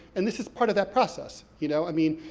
and this is part of that process. you know, i mean,